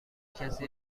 کسی